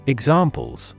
Examples